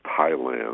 Thailand